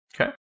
okay